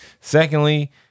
Secondly